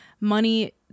money